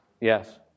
Yes